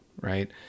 right